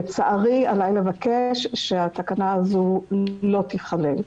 לצערי עליי לבקש שהתקנה הזאת לא תיכלל.